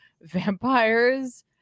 vampires